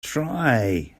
try